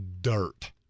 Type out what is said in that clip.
dirt